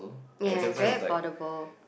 ya it is very affordable